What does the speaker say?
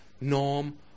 norm